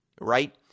right